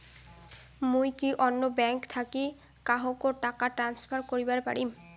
মুই কি অন্য ব্যাঙ্ক থাকি কাহকো টাকা ট্রান্সফার করিবার পারিম?